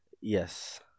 Yes